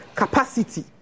capacity